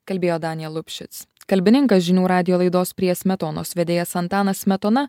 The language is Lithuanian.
kalbėjo daniel lupšis kalbininkas žinių radijo laidos prie smetonos vedėjas antanas smetona